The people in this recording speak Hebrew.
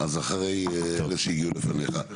אז אחרי אלה שהגיעו לפניך.